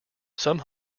some